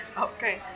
Okay